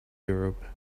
europe